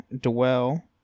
dwell